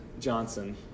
Johnson